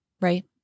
right